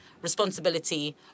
responsibility